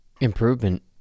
Improvement